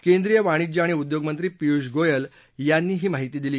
केंद्रीय वाणिज्य आणि उद्योग मंत्री पियुष गोयल यांनी ही माहिती दिली